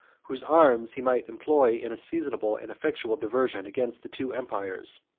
whose arms he might employ in a seasonable and effectual diversion against the two empires.